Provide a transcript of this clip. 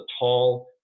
tall